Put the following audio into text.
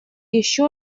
еще